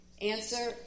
Answer